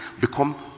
become